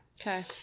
Okay